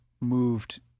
moved